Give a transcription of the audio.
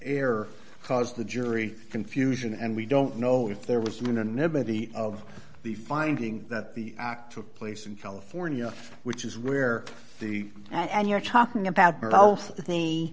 error caused the jury confusion and we don't know if there was a unanimity of the finding that the act took place in california which is where the and you're talking about